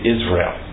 Israel